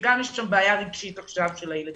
שגם יש שם בעיה רגשית עכשיו של הילדים,